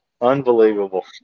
Unbelievable